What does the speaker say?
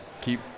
keep